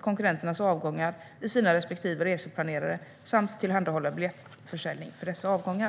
konkurrenternas avgångar i sina respektive reseplanerare eller att tillhandahålla biljettförsäljning för dessa avgångar.